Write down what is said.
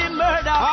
murder